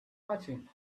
marching